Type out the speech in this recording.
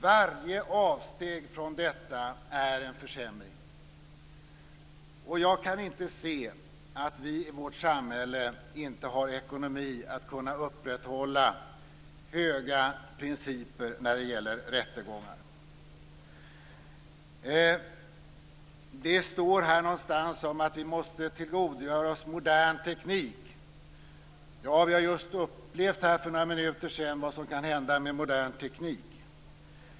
Varje avsteg från detta är en försämring. Jag kan inte se att vi i vårt samhälle inte har ekonomi att kunna upprätthålla höga principer när det gäller rättegångar. Det står någonstans att vi måste tillgodogöra oss modern teknik. Vi har för några minuter sedan upplevt vad som kan hända med modern teknik.